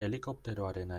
helikopteroarena